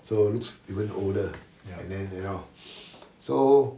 so looks older and then you know so